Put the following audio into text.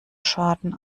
schaden